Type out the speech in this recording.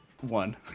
one